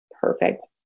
Perfect